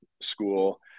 school